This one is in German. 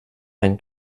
ein